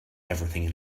everything